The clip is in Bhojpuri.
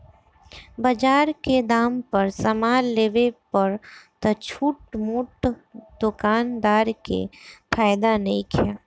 बजार के दाम पर समान लेवे पर त छोट मोट दोकानदार के फायदा नइखे